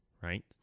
Right